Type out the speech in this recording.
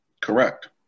Correct